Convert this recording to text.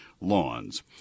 lawns